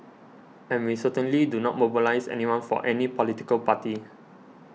and we certainly do not mobilise anyone for any political party